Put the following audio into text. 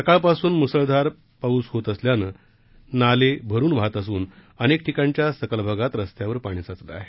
सकाळपासून मुसळधार होतं असल्यानं नाले आदी भरून वाहत असून अनेक ठिकाणच्या सखल भागांत रस्त्यांवर पाणी साचलं आहे